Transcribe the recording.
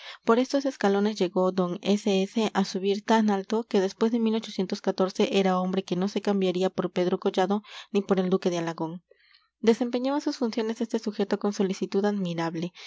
por estos escalones llegó d s s a subir tan alto que después de era hombre que no se cambiaría por pedro collado ni por el duque de alagón desempeñaba sus funciones este sujeto con solicitud admirable